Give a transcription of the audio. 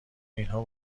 اینها